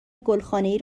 گلخانهای